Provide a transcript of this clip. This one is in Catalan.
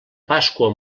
pasqua